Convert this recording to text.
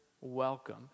welcome